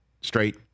straight